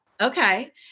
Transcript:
Okay